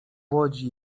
łodzi